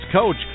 Coach